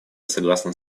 согласно